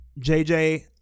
jj